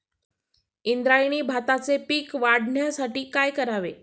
इंद्रायणी भाताचे पीक वाढण्यासाठी काय करावे?